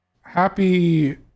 happy